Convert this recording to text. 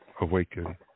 awaken